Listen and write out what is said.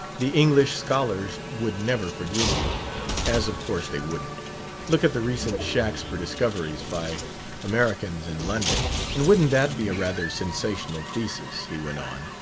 the english scholars would never forgive you as of course they wouldn't look at the recent shaxper discoveries by americans in london! and wouldn't that be a rather sensational thesis he went on,